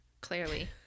clearly